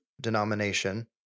denomination